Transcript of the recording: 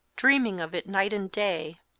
dreaming of it night and day!